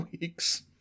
weeks